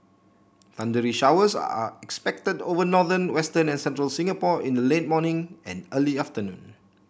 thundery showers are expected over northern western and central Singapore in the late morning and early afternoon